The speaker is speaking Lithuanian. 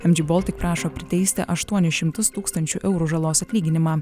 mg baltic prašo priteisti aštuonis šimtus tūkstančių eurų žalos atlyginimą